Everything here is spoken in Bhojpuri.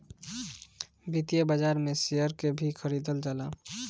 वित्तीय बाजार में शेयर के भी खरीदल जाला